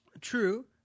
True